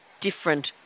different